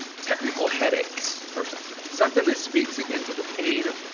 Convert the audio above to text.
technical headaches or something. something that speaks again to the pain of,